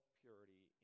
purity